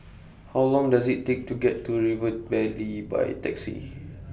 How Long Does IT Take to get to River Valley By Taxi